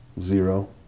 zero